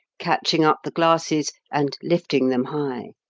catching up the glasses and lifting them high.